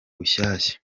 bushyashya